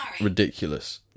ridiculous